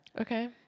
Okay